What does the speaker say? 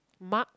mug